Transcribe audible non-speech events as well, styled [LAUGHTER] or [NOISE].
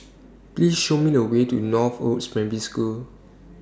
Please Show Me The Way to Northoaks [UNINTELLIGIBLE] School